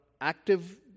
active